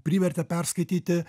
privertė perskaityti